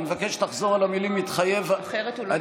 אני מבקש שתחזור על המילים: "מתחייב" אני